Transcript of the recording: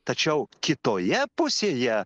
tačiau kitoje pusėje